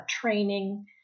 training